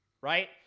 right